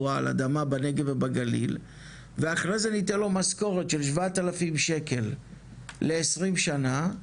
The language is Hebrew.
על אדמה בנגב ובגלל ואחרי זה ניתן לו משכורת של 7000 שקל לעשרים שנה,